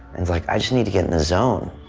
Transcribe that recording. and like i just need to get in the zone,